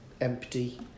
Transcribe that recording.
empty